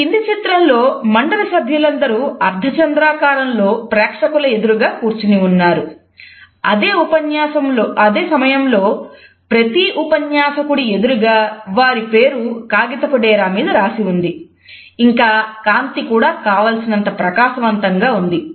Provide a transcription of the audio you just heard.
ఈ క్రింది చిత్రంలో మండలి సభ్యులందరూ అర్థచంద్రాకారంలో ప్రేక్షకుల ఎదురుగా కూర్చుని ఉన్నారు అదే సమయంలో ప్రతి ఉపన్యాసకుడి ఎదురుగా వారి పేరు కాగితపు డేరా మీద రాసి ఉంది ఇంకా కాంతి కూడా కావలసినంత ప్రకాశవంతంగా ఉంది